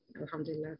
Alhamdulillah